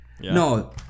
No